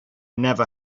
never